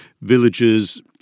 villages